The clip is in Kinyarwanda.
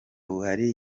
buhari